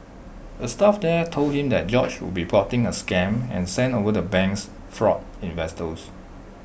A staff there told him that George would be plotting A scam and sent over the bank's fraud investigators